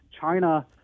China